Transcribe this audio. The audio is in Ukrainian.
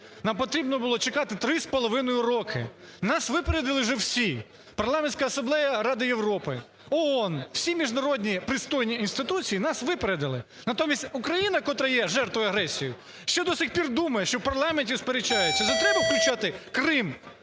нам потрібно було чекати три з половиною роки. Нас випередили вже всі: Парламентська асамблея Ради Європи, ООН, всі міжнародні пристойні інституції нас випередили. Натомість Україна, котра є жертвою агресії, ще до сих пір думає, що в парламенті сперечаються чи треба включати Крим